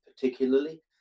particularly